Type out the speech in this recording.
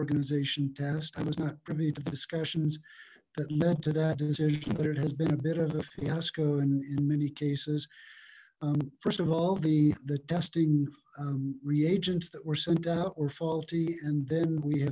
organization test i was not privy with discussions that led to that is it has been a bit of a fiasco and in many cases first of all the the testing reagents that were sent out or faulty and then we